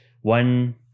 one